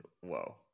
whoa